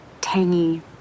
tangy